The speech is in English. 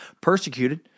persecuted